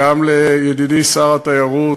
גם לידידי שר התיירות.